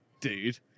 dude